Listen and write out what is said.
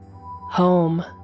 Home